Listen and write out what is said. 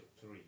Three